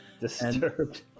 Disturbed